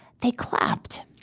they clapped.